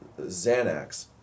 Xanax